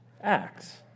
Acts